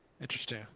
Interesting